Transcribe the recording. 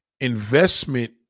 Investment